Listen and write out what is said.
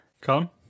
come